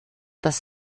das